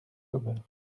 sauveur